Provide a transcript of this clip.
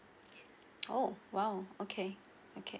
oh !wow! okay okay